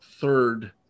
third